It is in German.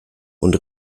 und